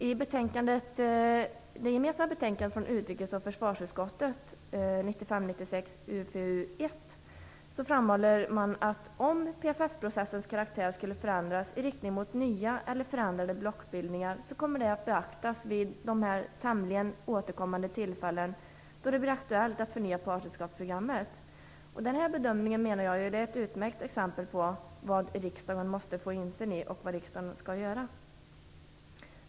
I det gemensamma betänkandet från utrikes och försvarsutskotten 1995/96:UFU1 framhåller man att om PFF-processens karaktär skulle förändras i riktning mot nya eller förändrade blockbildningar kommer det att beaktas vid de tämligen återkommande tillfällen då det blir aktuellt att gå med i partnerskapsprogrammet. Den här bedömningen är ett utmärkt exempel på vad riksdagen måste få insyn i och vad riksdagen skall göra.